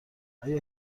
آیا